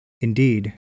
Indeed